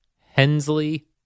Hensley